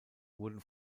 wurden